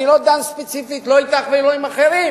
אני לא דן ספציפית לא אתך ולא עם אחרים.